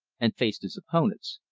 and faced his opponents.